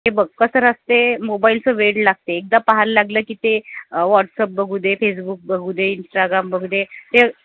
हे बघ कसं असते मोबाईलचं वेड लागते एकदा पाहायला लागलं की ते वॉट्सअप बघू दे फेसबुक बघू दे इंस्टाग्राम बघू दे ते